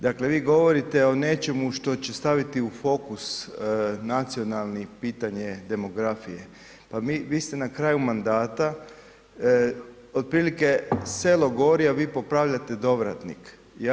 Dakle, vi govorite o nečemu što će staviti u fokus nacionalni pitanje demografije, pa vi ste na kraju mandata otprilike, selo gori, a vi popravljate dovratnik.